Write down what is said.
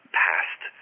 past